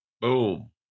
Boom